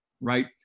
right